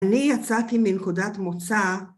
‫אני יצאתי מנקודת מוצא...